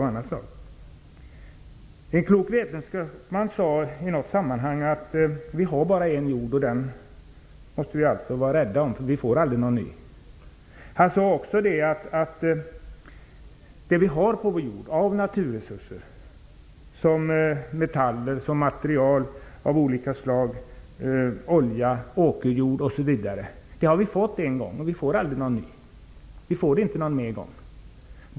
En klok vetenskapsman sade i något sammanhang att vi har bara en enda jord och att vi måste vara rädda om den -- vi får aldrig någon ny. Han sade också att de naturresurser som vi har på vår jord i form av metaller, olja, åkerjord osv. har vi en gång fått, och vi får aldrig några nya.